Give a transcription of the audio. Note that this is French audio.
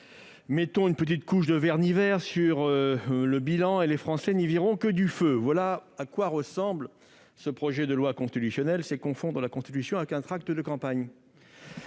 Mettons une petite couche de vernis vert sur le bilan et les Français n'y verront que du feu : voilà à quoi ressemble ce projet de loi constitutionnelle. C'est confondre la Constitution avec un tract de campagne